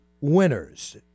winners